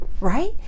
right